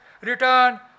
Return